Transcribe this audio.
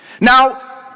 Now